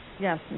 Yes